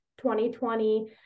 2020